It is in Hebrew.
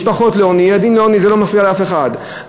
משפחות לעוני,